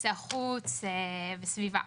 יחסי החוץ והסביבה.